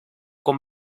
con